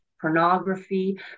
pornography